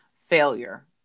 failure